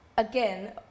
Again